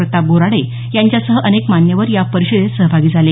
प्रताप बोराडे यांच्यासह अनेक मान्यवर या परिषदेत सहभागी झाले